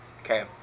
Okay